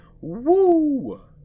woo